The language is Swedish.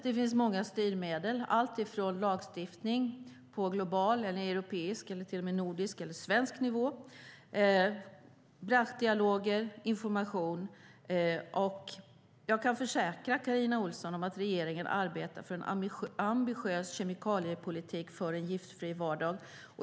Det finns många styrmedel, alltifrån lagstiftning på global och europeisk och till och med nordisk eller svensk nivå till branschdialoger och information. Jag kan försäkra Carina Ohlson att regeringen arbetar för en ambitiös kemikaliepolitik för en giftfri vardag.